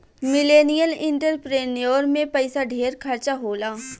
millennial entrepreneur में पइसा ढेर खर्चा होला